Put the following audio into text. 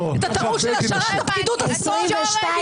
את הטעות של השארת פקידות השמאל ששולטת במדינה.